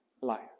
life